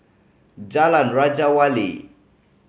Jalan Raja Wali